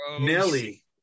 Nelly